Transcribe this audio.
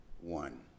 one